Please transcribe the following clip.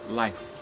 life